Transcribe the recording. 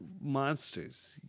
Monsters